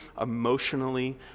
emotionally